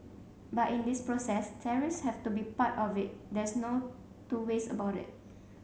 but in this process tariffs have to be part of it there's no two ways about it